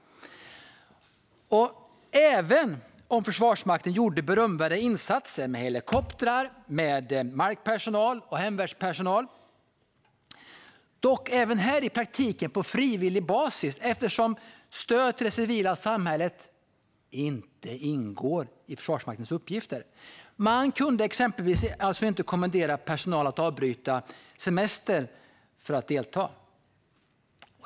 Försvarsmakten gjorde berömvärda insatser med helikoptrar, markpersonal och hemvärnspersonal - dock även här i praktiken på frivillig basis eftersom stöd till det civila samhället inte ingår i Försvarsmaktens uppgifter. Exempelvis kunde man alltså inte kommendera personal att avbryta semestern för att delta.